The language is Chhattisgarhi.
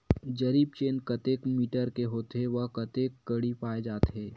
जरीब चेन कतेक मीटर के होथे व कतेक कडी पाए जाथे?